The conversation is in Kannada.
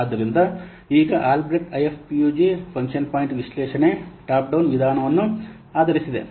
ಆದ್ದರಿಂದ ಈ ಆಲ್ಬ್ರೆಕ್ಟ್ ಐಎಫ್ಪಿಯುಜಿ ಫಂಕ್ಷನ್ ಪಾಯಿಂಟ್ ವಿಶ್ಲೇಷಣೆ ಟಾಪ್ ಡೌನ್ ವಿಧಾನವನ್ನು ಆಧರಿಸಿದೆ